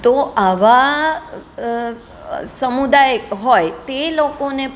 તો આવા સમુદાય હોય તે લોકોને પણ